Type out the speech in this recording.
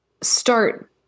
start